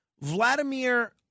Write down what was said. Vladimir